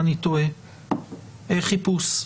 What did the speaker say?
אם אני טועה צו חיפוש,